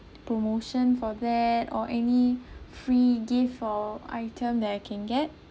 promotion for that or any free gift or item that I can get